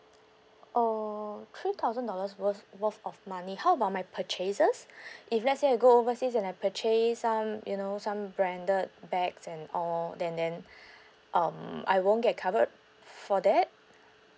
oh three thousand dollars worth worth of money how about my purchases if let's say I go overseas and I purchase some you know some branded bags and all and then um I won't get covered for that